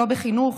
לא בחינוך,